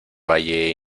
valle